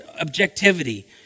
objectivity